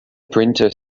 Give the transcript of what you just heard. printer